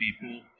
people